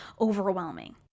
overwhelming